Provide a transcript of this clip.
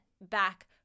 back